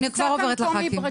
אני כבר עוברת לח"כים.